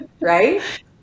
right